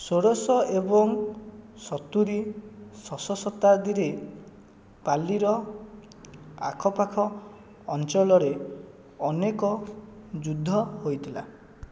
ଷୋଡ଼ଶ ଏବଂ ସତୁରୀ ଶହଶତାବ୍ଦୀରେ ପାଲିର ଆଖପାଖ ଅଞ୍ଚଳରେ ଅନେକ ଯୁଦ୍ଧ ହୋଇଥିଲା